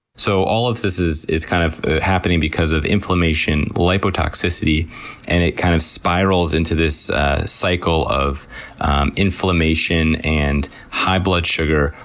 so, all of those is is kind of happening because of inflammation, liptoxicity, and it kind of spirals into this cycle of inflammation, and high blood sugar,